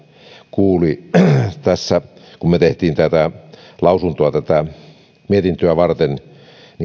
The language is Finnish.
kuuli tässä kun me teimme lausuntoa tätä mietintöä varten